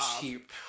cheap